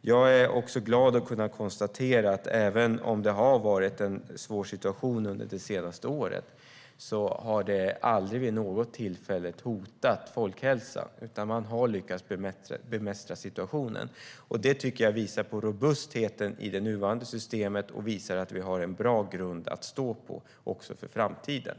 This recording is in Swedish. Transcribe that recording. Jag är glad att kunna konstatera att även om det har varit en svår situation under det senaste året har det aldrig vid något tillfälle hotat folkhälsan, utan man har lyckats bemästra situationen. Det tycker jag visar på robustheten i det nuvarande systemet. Det visar att vi har en bra grund att stå på också för framtiden.